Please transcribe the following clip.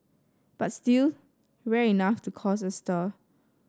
but still rare enough to cause a stir